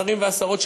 השרים והשרות,